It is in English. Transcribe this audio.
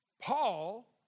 Paul